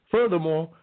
Furthermore